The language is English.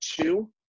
two